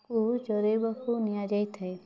ଚରାଇବାକୁ ନିଆଯାଇଥାଏ